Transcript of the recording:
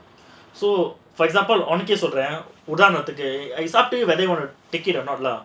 so for example உனக்கே சொல்றேன் உதாரணத்துக்கு:unakkae solraen uthaaranathukku it is up to you whether you want to take it or not lah